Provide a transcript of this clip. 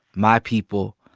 my people,